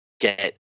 get